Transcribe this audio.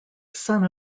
son